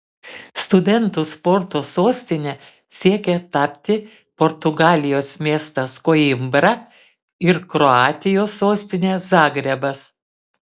studentų sporto sostine siekia tapti portugalijos miestas koimbra ir kroatijos sostinė zagrebas